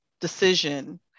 decision